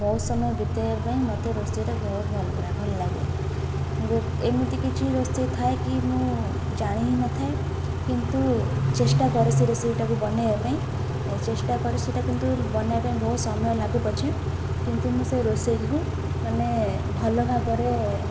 ବହୁତ ସମୟ ବିତେଇବା ପାଇଁ ମୋତେ ରୋଷେଇରେ ବହୁତ ଭଲ ଭଲ ଲାଗେ ଏମିତି କିଛି ରୋଷେଇ ଥାଏ କି ମୁଁ ଜାଣି ହି ନଥାଏ କିନ୍ତୁ ଚେଷ୍ଟା କରେ ସେ ରେସିପିଟାକୁ ବନେଇବା ପାଇଁ ଚେଷ୍ଟା କରେ ସେଇଟା କିନ୍ତୁ ବନେଇବା ପାଇଁ ବହୁ ସମୟ ଲାଗୁ ପଛେ କିନ୍ତୁ ମୁଁ ସେ ରୋଷେଇକୁ ମାନେ ଭଲଭାବରେ